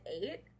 eight